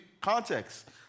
context